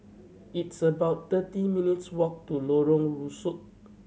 it's about thirty minutes' walk to Lorong Rusuk